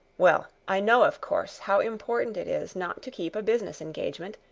well, i know, of course, how important it is not to keep a business engagement,